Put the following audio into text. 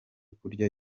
kurya